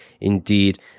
Indeed